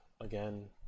Again